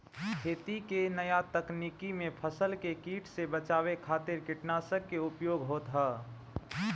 खेती के नया तकनीकी में फसल के कीट से बचावे खातिर कीटनाशक के उपयोग होत ह